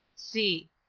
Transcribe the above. c.